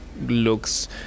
looks